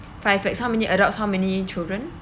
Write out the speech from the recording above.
five pax how many adults how many children